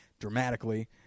dramatically